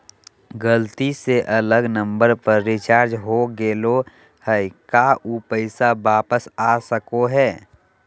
गलती से अलग नंबर पर रिचार्ज हो गेलै है का ऊ पैसा वापस आ सको है?